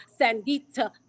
sandita